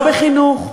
לא בחינוך,